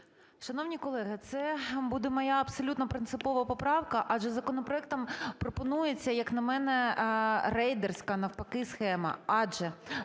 Шановні колеги, це буде моя абсолютно принципова поправка, адже законопроектом пропонується, як на мене, рейдерська навпаки схема.